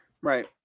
Right